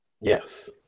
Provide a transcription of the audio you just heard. Yes